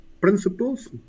principles